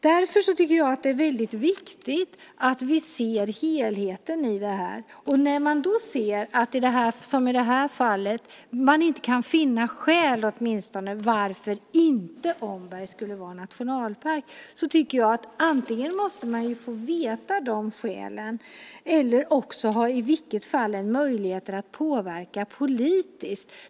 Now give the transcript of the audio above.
Därför är det viktigt att vi ser helheten i detta. I det här fallet har man inte kunnat finna skäl till att Omberg inte skulle kunna bli nationalpark. Jag tycker att man måste få veta de skälen eller hur som helst ha möjlighet att påverka politiskt.